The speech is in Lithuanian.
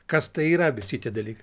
kas tai yra visi tie dalykai